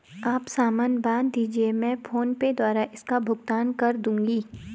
आप सामान बांध दीजिये, मैं फोन पे द्वारा इसका भुगतान कर दूंगी